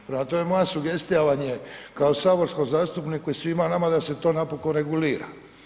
Prema tome, moja sugestija vam je kao saborskom zastupniku i svima nama da se to napokon regulira.